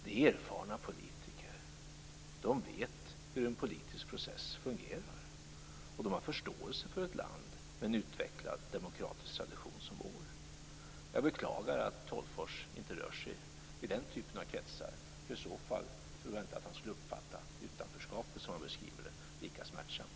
Det är erfarna politiker. De vet hur en politisk process fungerar. De har förståelse för ett land med en utvecklad demokratisk tradition som vår. Jag beklagar att Tolgfors inte rör sig i den typen av kretsar. I så fall tror jag inte att han skulle uppfatta utanförskapet, som han beskriver det, lika smärtsamt.